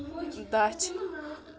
دَچھ